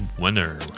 winner